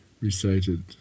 recited